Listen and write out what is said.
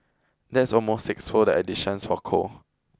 that's almost sixfold the additions for coal